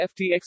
ftx